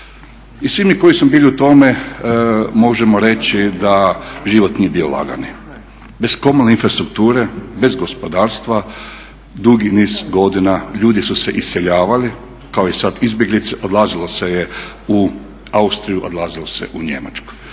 i svi mi koji smo bili u tome možemo reći da život nije bio lagani, bez komunalne infrastrukture, bez gospodarstva dugi niz godina. Ljudi su se iseljavali kao i sada izbjeglice, odlazilo se u Austriju, odlazilo se u Njemačku.